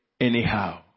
anyhow